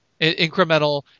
Incremental